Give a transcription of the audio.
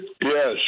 Yes